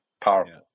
powerful